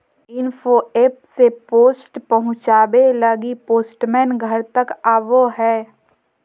info app से post पहुचावे लगी पोस्टमैन घर तक आवो हय